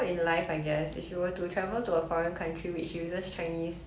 there are like other countries that uses chinese what like taiwan